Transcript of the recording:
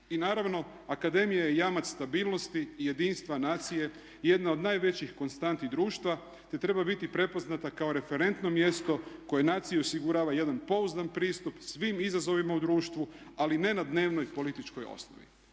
I naravno, akademija je jamac stabilnosti i jedinstva nacije i jedna od najvećih konstanti društva, te treba biti prepoznata kao referentno mjesto koje naciji osigurava jedan pouzdan pristup svim izazovima u društvu, ali ne na dnevnoj, političkoj osnovi.